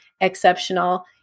exceptional